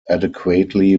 adequately